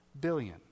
billion